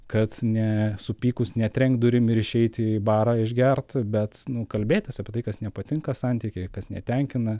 kad ne supykus netrenkt durim ir išeit į barą išgert bet nu kalbėtis apie tai kas nepatinka santyky kas netenkina